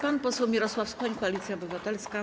Pan poseł Mirosław Suchoń, Koalicja Obywatelska.